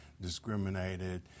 discriminated